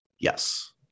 Yes